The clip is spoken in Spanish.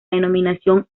denominaron